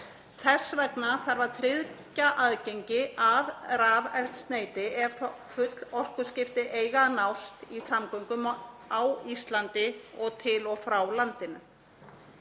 Þess vegna þarf að tryggja aðgengi að eldsneyti ef full orkuskipti eiga að nást í samgöngumál á Íslandi og til og frá landinu.